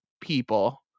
people